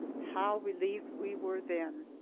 how relieved we were then!